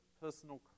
personal